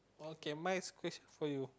okay my next question for you